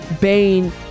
Bane